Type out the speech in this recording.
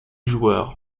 joueur